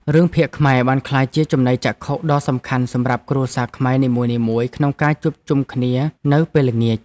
រឿងភាគខ្មែរបានក្លាយជាចំណីចក្ខុដ៏សំខាន់សម្រាប់គ្រួសារខ្មែរនីមួយៗក្នុងការជួបជុំគ្នានៅពេលល្ងាច។